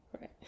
Right